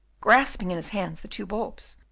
grasping in his hands the two bulbs,